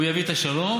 הוא יביא את השלום?